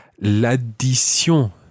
l'addition